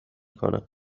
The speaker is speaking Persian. کنه